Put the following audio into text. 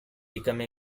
became